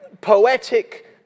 poetic